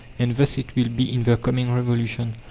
and thus it will be in the coming revolution.